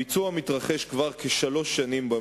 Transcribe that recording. הביצוע במתחם מתרחש זה כשלוש שנים.